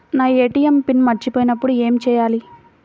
నా ATM PIN మరచిపోయినప్పుడు ఏమి చేయాలి?